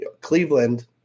Cleveland